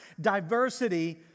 diversity